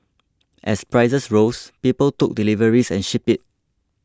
as prices rose people took deliveries and shipped it